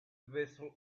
vessel